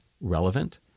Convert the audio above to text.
relevant